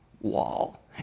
wall